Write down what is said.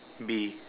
bee